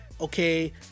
okay